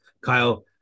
Kyle